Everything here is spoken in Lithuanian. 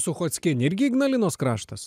suchockienė irgi ignalinos kraštas